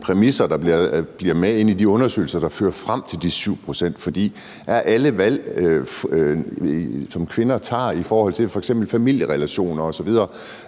præmisser, der er med i de undersøgelser, der fører frem til de 7 pct. For er alle valg, som kvinder tager i forhold til f.eks. familierelationer osv.,